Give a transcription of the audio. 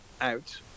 out